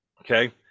Okay